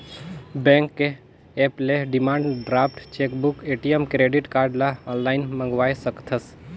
bank के app ले demand draft, chequebook, ATM, credit card ल आनलाइन मंगवाये सकथस